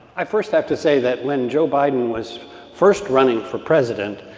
i first have to say that when joe biden was first running for president,